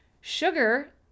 sugar